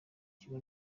kigo